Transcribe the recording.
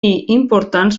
importants